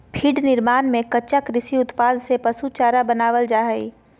feed निर्माण में कच्चा कृषि उत्पाद से पशु चारा बनावल जा हइ